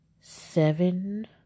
seven